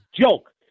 Joke